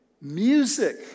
music